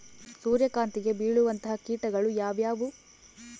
ಸೂರ್ಯಕಾಂತಿಗೆ ಬೇಳುವಂತಹ ಕೇಟಗಳು ಯಾವ್ಯಾವು?